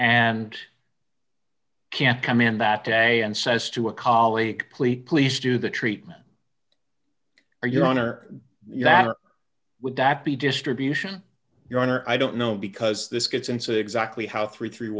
and can't come in that day and says to a colleague please please do the treatment or your honor that would that be distribution your honor i don't know because this gets into exactly how three